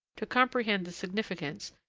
to comprehend the significance,